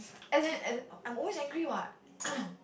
as in as I'm always angry what